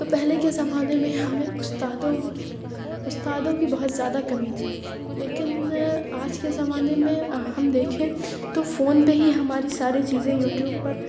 تو پہلے کے زمانے میں ہمیں اُستادوں اُستادوں کی بہت زیادہ کمی تھی لیکن آج کے زمانے میں ہم دیکھیں تو فون پہ ہی ہماری ساری چیزیں یوٹوب پر